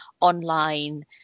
online